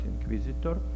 Inquisitor